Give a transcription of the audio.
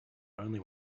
only